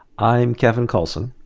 i'm kevin kallsen.